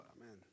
amen